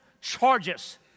charges